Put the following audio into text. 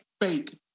fake